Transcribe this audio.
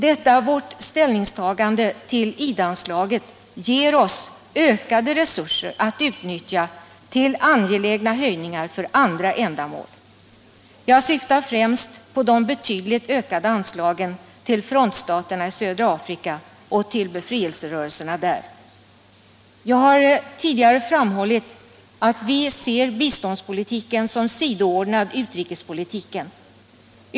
Detta vårt ställningstagande till IDA-anslaget ger oss ökade resurser att utnyttja till angelägna höjningar för andra ändamål; jag syftar främst på de betydligt ökade anslagen till frontstaterna i södra Afrika och till befrielserörelserna där. Jag har tidigare framhållit att vi ser biståndspolitiken som sidoordnad utrikespolitiken.